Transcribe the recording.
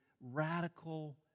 radical